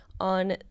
on